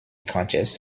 conscious